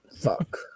Fuck